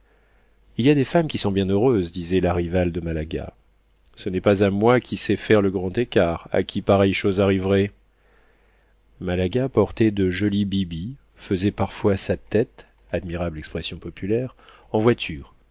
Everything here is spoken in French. il y a des femmes qui sont bien heureuses disait la rivale de malaga ce n'est pas à moi qui sais faire le grand écart à qui pareille chose arriverait malaga portait de jolis bibis faisait parfois sa tête admirable expression populaire en voiture